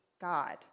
God